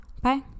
Bye